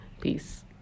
Peace